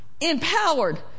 empowered